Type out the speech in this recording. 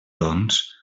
doncs